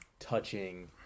touching